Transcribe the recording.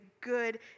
good